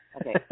Okay